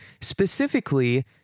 Specifically